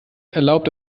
erlaubt